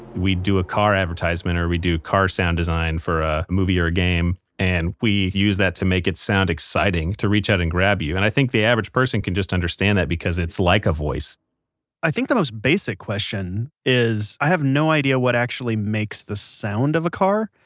we do a car advertisement, or we do car sound design for a movie or a game, and we just use that to make it sound exciting, to reach out and grab you. and i think the average person can just understand that because it's like a voice i think the most basic question is i have no idea what actually makes the sound of a car.